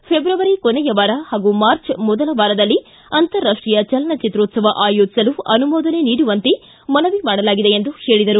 February ಕೊನೆಯ ವಾರ ಹಾಗೂ ಮಾರ್ಚ್ ಮೊದಲ ವಾರದಲ್ಲಿ ಅಂತಾರಾಷ್ಟೀಯ ಚಲನಚಿತ್ರೋತ್ಸವ ಆಯೋಜಿಸಲು ಅನುಮೋದನೆ ನೀಡುವಂತೆ ಮನವಿ ಮಾಡಲಾಗಿದೆ ಎಂದರು